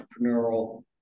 entrepreneurial